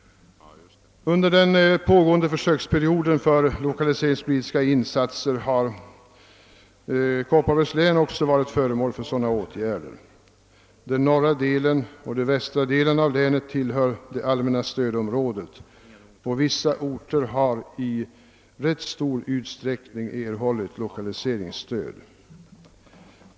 Under den pågående försöksperioden för lokaliseringspolitiska insatser har också Kopparbergs län varit föremål för åtgärder av sådan art. De norra och de västra delarna av länet tillhör det allmänna stödområdet, och vissa orter har i ganska stor utsträckning erhållit lokaliseringsstöd.